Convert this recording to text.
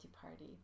party